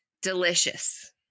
Delicious